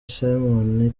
simon